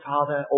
Father